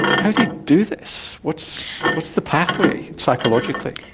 how do you do this? what's what's the pathway psychologically?